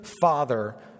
father